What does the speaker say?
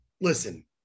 listen